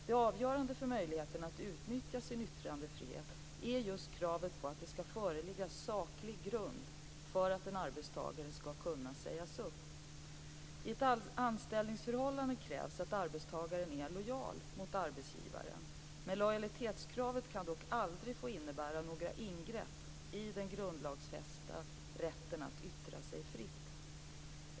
Det avgörande för möjligheten att utnyttja sin yttrandefrihet är just kravet på att det skall föreligga saklig grund för att en arbetstagare skall kunna sägas upp. I ett anställningsförhållande krävs att arbetstagaren är lojal mot arbetsgivaren. Lojalitetskravet kan dock aldrig få innebära några ingrepp i den grundlagsfästa rätten att yttra sig fritt.